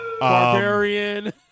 barbarian